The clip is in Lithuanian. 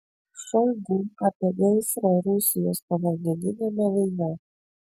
šoigu apie gaisrą rusijos povandeniniame laive